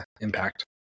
impact